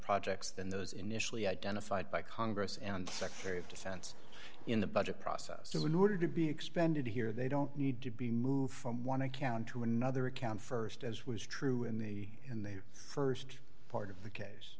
projects than those initially identified by congress and the secretary of defense in the budget process to in order to be expended here they don't need to be moved from one account to another account st as was true in the in the st part of the case